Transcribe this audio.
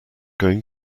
going